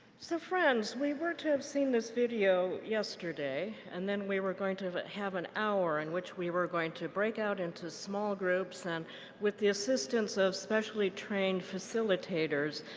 so friends, we were to have seen this video yesterday and then we were going to have an hour in which we were going to break out into small groups, and with the assistance of specially trained facilitators,